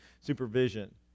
supervision